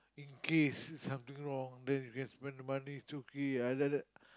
in case something wrong then you guys want to the money to key I like that